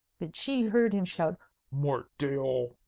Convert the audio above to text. but she heard him shout mort d'aieul!